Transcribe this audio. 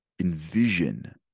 envision